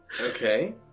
Okay